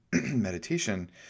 meditation